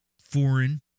foreign